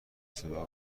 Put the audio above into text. صدا